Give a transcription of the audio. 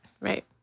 Right